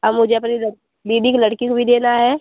हाँ मुझे अपनी लड़ दीदी की लड़की को भी देना है